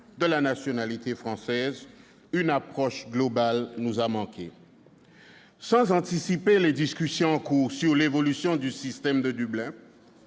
de la nationalité française. Une approche globale nous a manqué. Sans anticiper les discussions en cours sur l'évolution du système de Dublin,